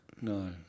No